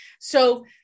So-